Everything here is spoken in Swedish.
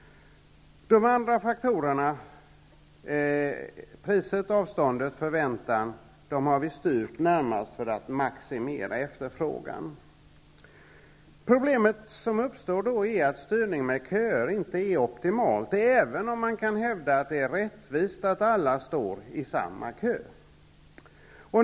De andra faktorerna -- priset, avståndet, förväntan -- har vi styrt närmast för att maximera efterfrågan. Det problem som då uppstår är att styrning med köer inte är optimalt, även om man kan hävda att det är rättvist att alla står i samma kö.